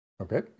okay